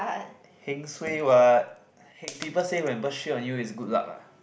heng suay what he~ people say when bird shit on you is good luck what